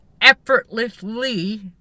effortlessly